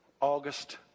August